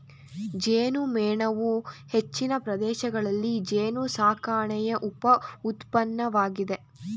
ಜೇನುಮೇಣವು ಹೆಚ್ಚಿನ ಪ್ರದೇಶಗಳಲ್ಲಿ ಜೇನುಸಾಕಣೆಯ ಉಪ ಉತ್ಪನ್ನವಾಗಿದೆ